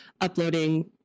uploading